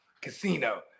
Casino